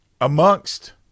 amongst